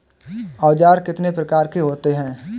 औज़ार कितने प्रकार के होते हैं?